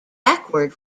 backward